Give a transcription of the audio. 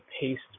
paste